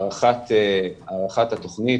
הערכת התוכנית,